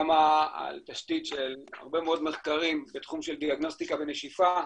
החברה קמה על תשתית של הרבה מאוד מחקרים בתחום של דיאגנוסטיקה בנשיפה,